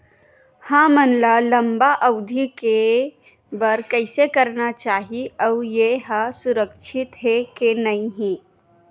हमन ला लंबा अवधि के बर कइसे करना चाही अउ ये हा सुरक्षित हे के नई हे?